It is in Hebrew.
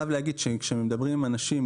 כשמדברים עם אנשים,